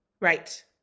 Right